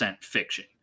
fiction